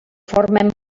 formen